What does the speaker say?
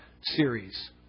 series